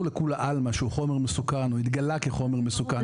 לכולי עלמא שהוא חומר מסוכן או התגלה שהוא חומר מסוכן,